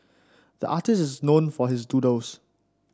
the artist is known for his doodles